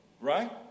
right